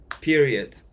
period